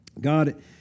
God